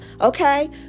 okay